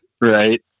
right